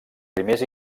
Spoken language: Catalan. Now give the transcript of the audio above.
primers